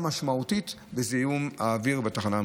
משמעותית בזיהום האוויר בתחנה המרכזית.